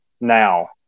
now